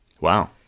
Wow